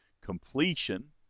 completion